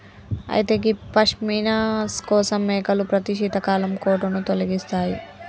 అయితే గీ పష్మిన కోసం మేకలు ప్రతి శీతాకాలం కోటును తొలగిస్తాయి